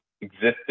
existing